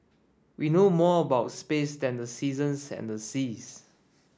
we know more about space than the seasons and the seas